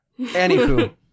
anywho